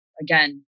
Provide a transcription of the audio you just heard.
again